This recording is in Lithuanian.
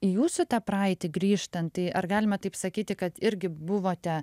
į jūsų tą praeitį grįžtant tai ar galima taip sakyti kad irgi buvote